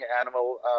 animal